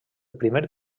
primer